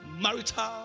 marital